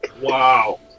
Wow